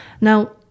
Now